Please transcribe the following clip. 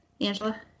Angela